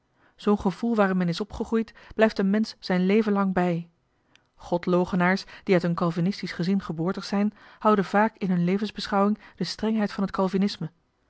altijd hebben gehouden zoo'n gevoel waarin men is opgegroeid blijft een mensch zijn leven lang bij godloochenaars die uit een kalvinistisch gezin geboortig zijn houden vaak in hun levensbeschouwing de strengheid van het kalvinisme